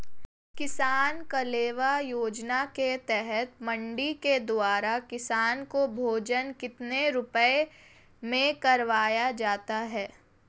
किसान कलेवा योजना के तहत मंडी के द्वारा किसान को भोजन कितने रुपए में करवाया जाता है?